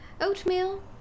oatmeal